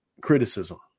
criticism